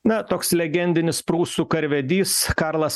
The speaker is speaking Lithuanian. na toks legendinis prūsų karvedys karlas